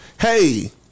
Hey